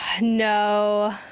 no